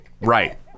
right